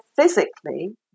physically